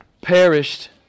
perished